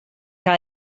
que